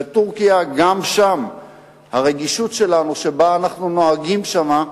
וגם שם הרגישות שלנו, שבה אנחנו נוהגים שם,